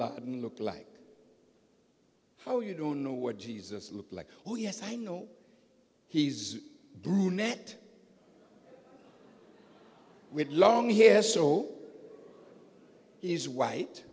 laden look like how you don't know what jesus looked like oh yes i know he's brunette with long here so he's white